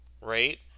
Right